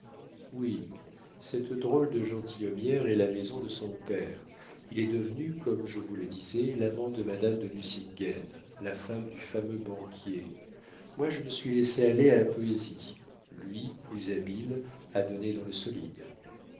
oui cette drôle de gentilhommière est la maison de son père il est devenu comme je vous le disais l'amant de madame de nucingen la femme du fameux banquier moi je me suis laissé aller à la poésie lui plus habile a donné dans le solide